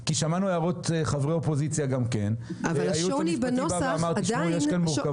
כי שמענו הערות של חברי האופוזיציה גם כן --- שאמר שיש כאן מורכבות.